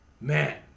man